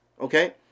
okay